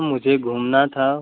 मुझे घूमना था